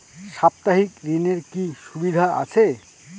সাপ্তাহিক ঋণের কি সুবিধা আছে?